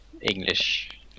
English